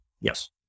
Yes